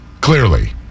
clearly